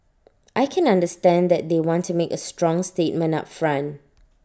I can understand that they want to make A strong statement up front